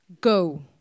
Go